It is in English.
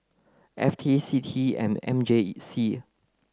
F T C T E M M J C